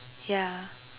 yeah